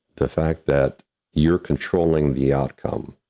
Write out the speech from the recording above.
the fact that you're controlling the outcome,